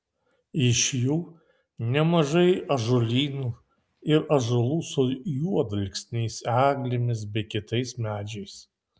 iš jų nemažai ąžuolynų ir ąžuolų su juodalksniais eglėmis bei kitais medžiais